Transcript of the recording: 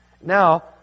Now